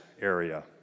Area